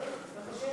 איך?